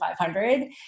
500